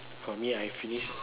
for me I finish